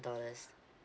dollars